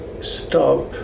stop